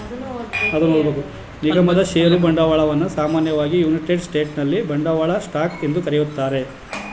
ನಿಗಮದ ಷೇರು ಬಂಡವಾಳವನ್ನ ಸಾಮಾನ್ಯವಾಗಿ ಯುನೈಟೆಡ್ ಸ್ಟೇಟ್ಸ್ನಲ್ಲಿ ಬಂಡವಾಳ ಸ್ಟಾಕ್ ಎಂದು ಕರೆಯುತ್ತಾರೆ